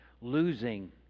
losing